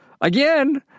again